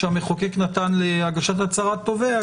נתן להגשת הצהרת תובע.